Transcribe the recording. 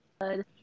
good